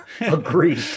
Agreed